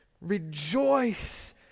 rejoice